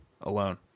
alone